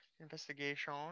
Investigation